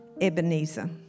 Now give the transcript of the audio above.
Ebenezer